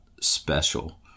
special